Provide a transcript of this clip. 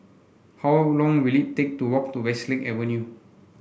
how long will it take to walk to Westlake Avenue